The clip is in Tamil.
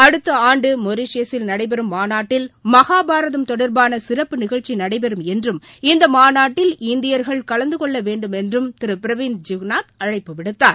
அடுத்த ஆண்டு மொீஷியஸில் நடைபெறும் மாநாட்டில் மகாபாரதம் தொடர்பான சிறப்பு நிகழ்ச்சி நடைபெறும் என்றும் இந்த மாநாட்டில் இந்தியா்கள் கலந்து கொள்ள வேண்டுமென்றும் திரு பிரவிந்த் ஜெகந்நாத அழைப்புவிடுத்தார்